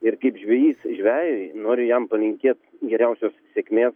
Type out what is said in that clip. ir kaip žvejys žvejui noriu jam palinkėt geriausios sėkmės